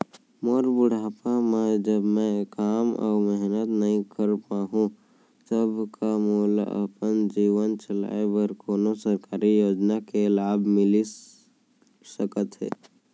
मोर बुढ़ापा मा जब मैं काम अऊ मेहनत नई कर पाहू तब का मोला अपन जीवन चलाए बर कोनो सरकारी योजना के लाभ मिलिस सकत हे?